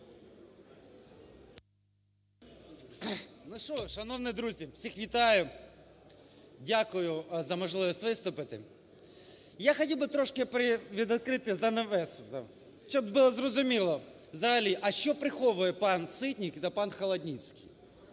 Ну, що, шановні друзі, всіх вітаю. Дякую за можливість виступити. Я хотів би трошки привідкрити занавесу, щоб було зрозуміло взагалі, а що приховує пан Ситник та пан Холодницький.